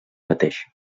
mateix